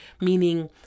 Meaning